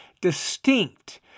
distinct